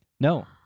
No